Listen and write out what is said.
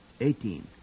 Eighteen